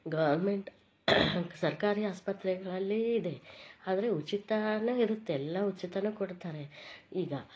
government ಸರ್ಕಾರಿ ಆಸ್ಪತ್ರೆಗಳಲ್ಲೀ ಇದೆ ಆದರೆ ಉಚಿತಾನೂ ಇರುತ್ತೆ ಎಲ್ಲ ಉಚಿತಾನೂ ಕೊಡ್ತಾರೆ ಈಗ